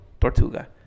Tortuga